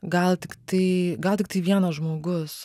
gal tiktai gal tiktai vienas žmogus